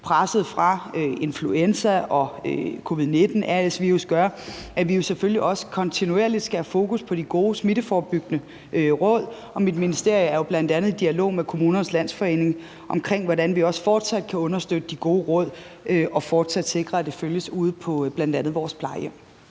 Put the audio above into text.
Presset fra influenza, covid-19 og RS-virus gør, at vi selvfølgelig også kontinuerligt skal have fokus på de gode smitteforebyggende råd, og mit ministerium er jo bl.a. i dialog med Kommunernes Landsforening omkring, hvordan vi også fortsat kan understøtte de gode råd og fortsat sikre, at de følges ude på bl.a.